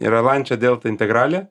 yra lancia delta integrale